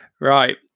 Right